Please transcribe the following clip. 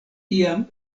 iam